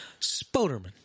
Spoderman